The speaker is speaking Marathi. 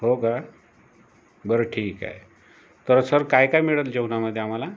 हो का बरं ठीक आहे तर सर काय काय मिळेल जेवणामध्ये आम्हाला